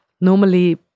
normally